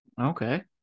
okay